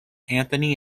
anthony